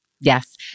Yes